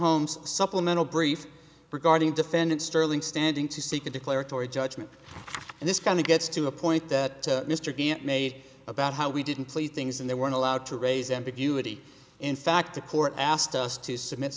homes supplemental brief regarding defendant sterling standing to seek a declaratory judgment and this kind of gets to a point that mr b it made about how we didn't play things and they weren't allowed to raise ambiguity in fact the court asked us to submit